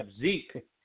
Zeke